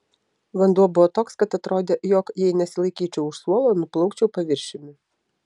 vanduo buvo toks kad atrodė jog jei nesilaikyčiau už suolo nuplaukčiau paviršiumi